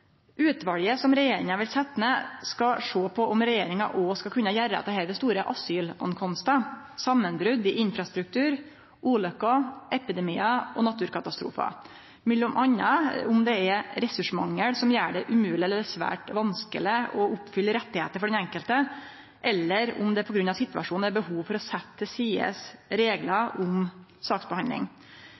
Utvalet som regjeringa vil setje ned, skal sjå på om regjeringa òg skal kunne gjere dette ved stor asyltilstrøyming, samanbrot i infrastruktur, ulykker, epidemiar og naturkatastrofar, m.a. om det er ressursmangel som gjer det umogleg eller svært vanskeleg å oppfylle rettar for den enkelte, eller om det på grunn av situasjonen er behov for å setje til side reglar om saksbehandling.